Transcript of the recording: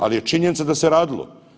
Ali je činjenica da se radilo.